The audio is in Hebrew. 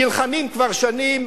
נלחמים כבר שנים.